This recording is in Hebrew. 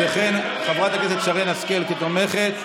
וכן את חברת הכנסת שרן השכל כתומכת,